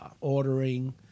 ordering